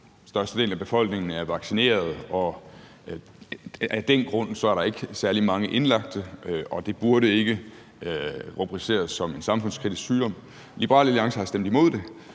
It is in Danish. størstedelen af befolkningen er vaccineret, og at der af den grund ikke er særlig mange indlagte og det derfor ikke burde rubriceres som en samfundskritisk sygdom. Liberal Alliance har stemt imod det